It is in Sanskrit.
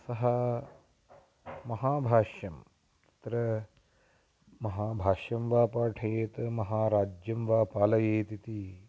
सः महाभाष्यं तत्र महाभाष्यं वा पाठयेत् महाराज्यं वा पालयेत् इति